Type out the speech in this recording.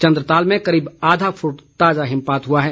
चंद्रताल में करीब आधा फुट ताज़ा हिमपात हुआ है